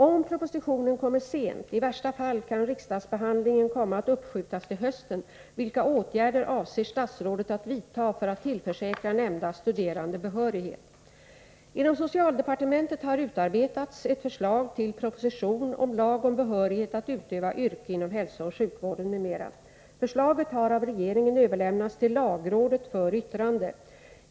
— Om propositionen kommer sent , vilka åtgärder avser statsrådet att vidta för att tillförsäkra nämnda studerande behörighet? Inom socialdepartementet har utarbetats ett förslag till proposition om lag om behörighet att utöva yrke inom hälsooch sjukvården m.m. Förslaget har av regeringen överlämnats till lagrådet för yttrande.